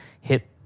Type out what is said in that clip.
hit